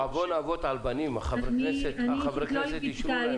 עוון אבות על בנים, חברי הכנסת אישרו להם את זה.